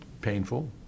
Painful